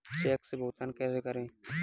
Check से भुगतान कैसे करें?